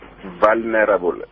vulnerable